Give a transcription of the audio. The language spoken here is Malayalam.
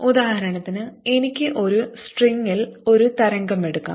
ഉദാഹരണത്തിന് എനിക്ക് ഒരു സ്ട്രിംഗിൽ ഒരു തരംഗമെടുക്കാം